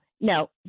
No